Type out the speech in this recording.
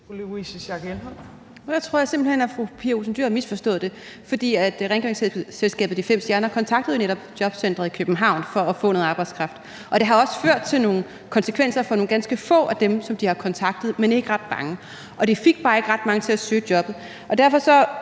hen, at fru Pia Olsen Dyhr har misforstået det. For rengøringsselskabet De 5 Stjerner kontaktede jo netop jobcenteret i København for at få noget arbejdskraft. Det har også ført til nogle konsekvenser for nogle ganske få af dem, som de har kontaktet, men ikke ret mange, og de fik bare ikke ret mange til at søge jobbet.